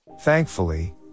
Thankfully